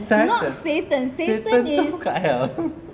saturn satan tu kat hell